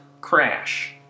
Crash